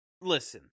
listen